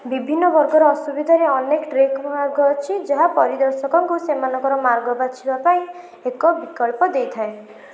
ବିଭିନ୍ନ ବର୍ଗର ଅସୁବିଧାରେ ଅନେକ ଟ୍ରେକ୍ ମାର୍ଗ ଅଛି ଯାହା ପରିଦର୍ଶକଙ୍କୁ ସେମାନଙ୍କର ମାର୍ଗ ବାଛିବା ପାଇଁ ଏକ ବିକଳ୍ପ ଦେଇଥାଏ